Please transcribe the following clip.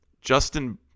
Justin